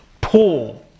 poor